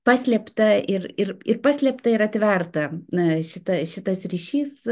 paslėpta ir ir ir paslėpta ir atverta na šita šitas ryšys